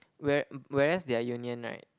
where whereas their union right